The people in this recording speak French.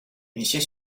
initiées